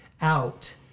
out